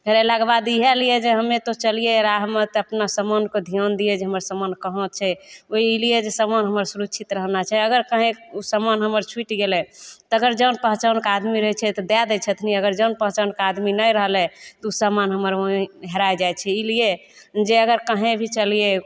हेरेलाके बाद इएह लिए जे हमे तऽ चलिए रहै हमे तऽ अपना समानके धिआन दिए जे हमर समान कहाँ छै ओहिलिए जे समान हमर सुरक्षित रहना छै अगर कहीँ ओ समान हमर छुटि गेलै तऽ अगर जान पहचानके आदमी रहै छै तऽ दै दै छथिन अगर जान पहचानके आदमी नहि रहलै तऽ ओ समान ओहीँ हमर हेरा जाइ छै ई लिए जे अगर कहीँ भी चलिए